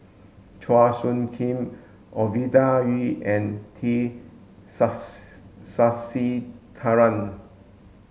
Chua Soo Khim Ovidia Yu and T Sasitharan